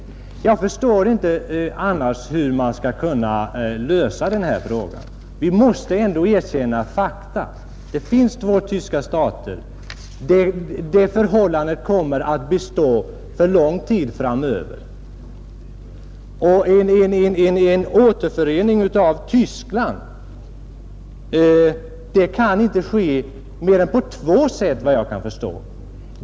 Jag förstår inte hur man annars skall kunna lösa denna fråga. Vi måste ändå erkänna fakta. Det finns två tyska stater. Och det förhållandet kommer att bestå för lång tid framöver. En återförening av Tyskland kan inte ske på mer än två sätt, vad jag kan förstå.